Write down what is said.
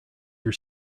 your